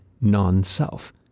non-self